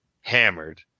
hammered